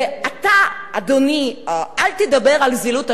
ואתה, אדוני, אל תדבר על זילות השואה.